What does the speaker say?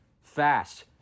Fast